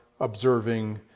observing